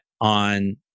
on